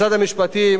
משרד המשפטים,